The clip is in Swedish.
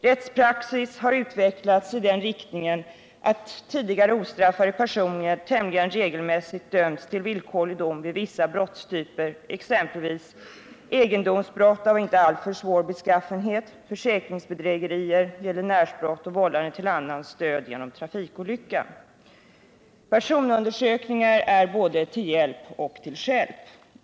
Rättspraxis har utvecklats i den riktningen att tidigare ostraffade personer tämligen regelmässigt döms till villkorlig dom vid vissa brottstyper, exempelvis egendomsbrott av inte alltför svår beskaffenhet, försäkringsbedrägerier, gäldenärsbrott och vållande till annans död genom trafikolycka. Personundersökningar både hjälper och stjälper.